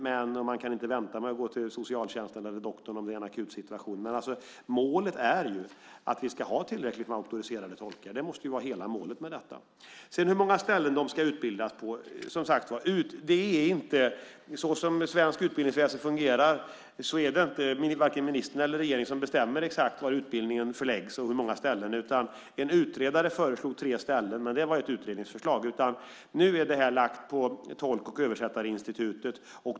Man kan ju inte vänta med att gå till socialtjänsten eller doktorn om det är en akut situation. Att vi ska ha tillräckligt med auktoriserade tolkar måste vara hela målet. När det gäller hur många ställen tolkarna ska utbildas på är det, så som svenskt utbildningsväsende fungerar, varken ministern eller regeringen som bestämmer exakt var utbildningen ska vara förlagd och på hur många ställen den ska finnas. En utredare har föreslagit tre ställen, men det är alltså ett utredningsförslag. Nu är det här lagt på Tolk och översättarinstitutet.